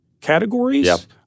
categories